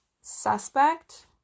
suspect